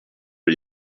are